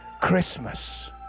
Christmas